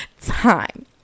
time